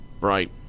Right